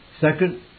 Second